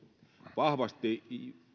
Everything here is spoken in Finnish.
vahvasti